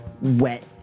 wet